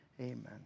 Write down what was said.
Amen